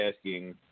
asking